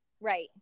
right